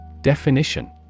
Definition